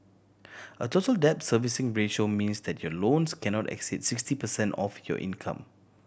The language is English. a Total Debt Servicing Ratio means that your loans cannot exceed sixty percent of your income